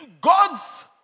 God's